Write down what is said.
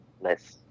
less